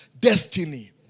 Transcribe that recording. destiny